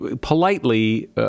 politely